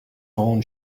own